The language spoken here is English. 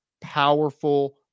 powerful